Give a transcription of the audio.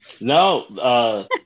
no